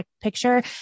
picture